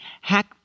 hack